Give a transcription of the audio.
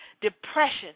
depression